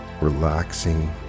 Relaxing